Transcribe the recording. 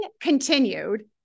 continued